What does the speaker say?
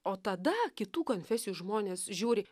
o tada kitų konfesijų žmonės žiūri